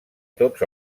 tots